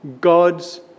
God's